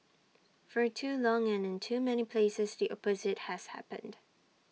for too long and in too many places the opposite has happened